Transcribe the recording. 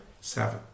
Seven